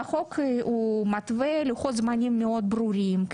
והחוק הוא מתווה לוחות זמנים מאוד ברורים,